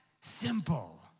simple